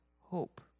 hope